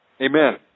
Amen